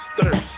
thirst